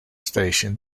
station